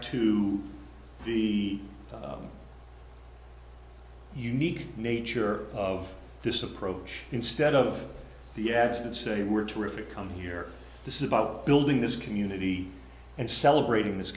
to the unique nature of this approach instead of the ads that say we're terrific come here this is about building this community and celebrating this